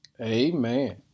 Amen